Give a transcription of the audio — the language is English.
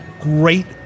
Great